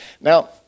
Now